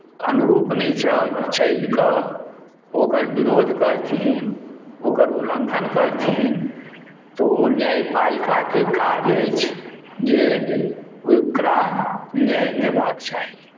अनुरूप नहि चलि कऽ ओकर विरोध करथिन ओकर उल्लङ्घन करथिन तऽ ओ न्यायपालिकाके काज अछि जे ओहि ओकरा न्याय देबाक चाही